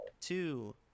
two